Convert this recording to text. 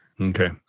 Okay